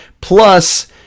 plus